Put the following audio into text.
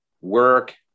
work